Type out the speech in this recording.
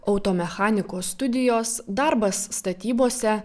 auto mechanikos studijos darbas statybose